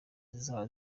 zizaba